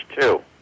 two